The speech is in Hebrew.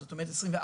זאת אומרת 24/7,